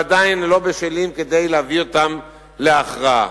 ועדיין הם לא בשלים כדי להביא אותם להכרעה.